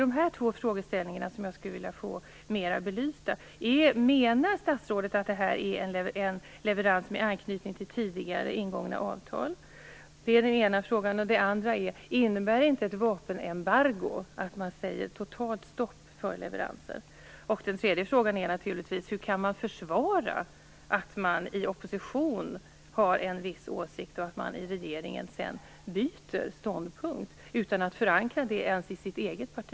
Det är dessa frågor som jag skulle vilja få mer belysta: Menar statsrådet att detta är en leverans med anknytning till tidigare ingångna avtal? Innebär inte ett vapenembargo att man sätter ett totalt stopp för leveranser? Och hur kan man försvara att man i opposition har en viss åsikt och att man sedan i regeringsställning byter ståndpunkt utan att förankra det ens i sitt eget parti?